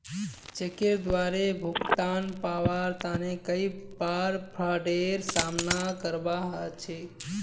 चेकेर द्वारे भुगतान पाबार तने कई बार फ्राडेर सामना करवा ह छेक